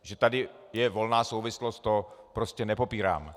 Že tady je volná souvislost, to prostě nepopírám.